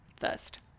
first